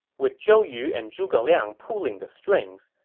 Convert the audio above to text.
with zhou yu and zhuge liang pulling the strings,